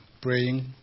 praying